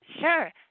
sure